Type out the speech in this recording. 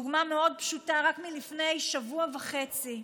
דוגמה מאוד פשוטה, רק מלפני שבוע וחצי: